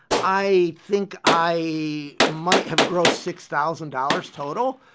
i think i might have grossed six thousand dollars total.